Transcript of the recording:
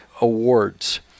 awards